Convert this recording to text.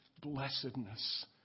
blessedness